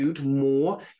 more